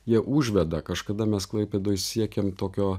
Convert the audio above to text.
jie užveda kažkada mes klaipėdoj siekėm tokio